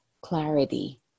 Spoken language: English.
clarity